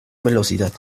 velocidad